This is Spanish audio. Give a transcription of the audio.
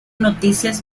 noticias